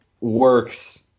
works